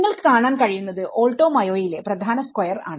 നിങ്ങൾക്ക് കാണാൻ കഴിയുന്നത് ആൾട്ടോ മയോയിലെ ഒരു പ്രധാന സ്ക്വയർ ആണ്